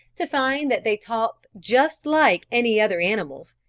to find that they talked just like any other animals,